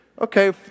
Okay